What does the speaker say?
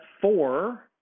four